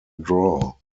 draw